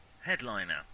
Headliner